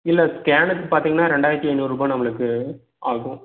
இல்லை ஸ்கேனுக்கு பார்த்தீங்கனா ரெண்டாயிரத்து ஐந்நூறுருபா நம்மளுக்கு ஆகும்